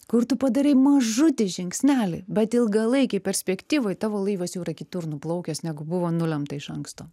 kur tu padarai mažutį žingsnelį bet ilgalaikėj perspektyvoj tavo laivas jau yra kitur nuplaukęs negu buvo nulemta iš anksto